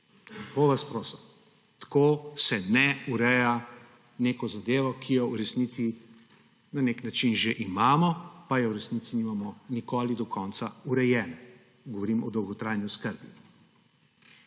Lepo vas prosim, tako se ne ureja neke zadeve, ki jo v resnici na nek način že imamo, pa je v resnici nimamo nikoli do konca urejene. Govorim o dolgotrajni oskrbi.